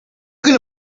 going